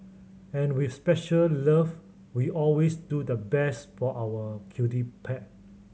and with special love we always do the best for our cutie pet